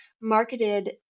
marketed